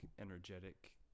energetic